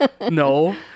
no